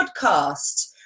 podcast